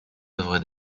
œuvres